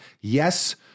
Yes